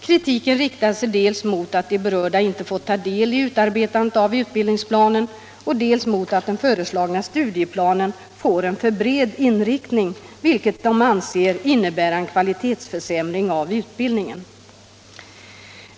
Kritiken riktar sig dels mot att de berörda inte har fått ta del i utarbetandet av utbildningsplanen, dels mot att den föreslagna studieplanen får en för bred inriktning, vilket de anser innebär en kvalitetsförsämring av utbildningen.